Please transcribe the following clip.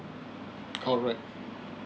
correct